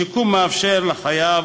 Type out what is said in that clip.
השיקום מאפשר לחייב,